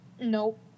nope